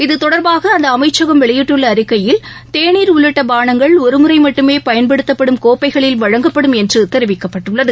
இத்தொடர்பாக அந்த அமைச்சகம் வெளியிட்டுள்ள அறிக்கையில் தேனீர் உள்ளிட்ட பானங்கள் ஒருமுறை மட்டுமே பயன்படுத்தப்படும் கோப்பைகளில் வழங்கப்படும் என்று தெரிவிக்கப்பட்டுள்ளது